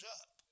up